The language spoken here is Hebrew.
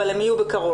אבל הם יהיו בקרוב.